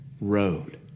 road